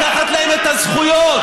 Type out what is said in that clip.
לקחת להם את הזכויות.